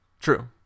True